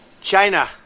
China